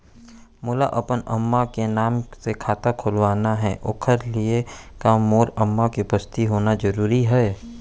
मोला अपन अम्मा के नाम से खाता खोलवाना हे ओखर लिए का मोर अम्मा के उपस्थित होना जरूरी हे?